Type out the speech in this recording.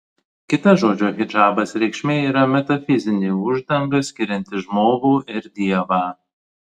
kita žodžio hidžabas reikšmė yra metafizinė uždanga skirianti žmogų ir dievą